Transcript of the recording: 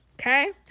okay